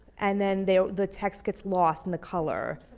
and then the the text gets lost in the color.